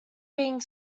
being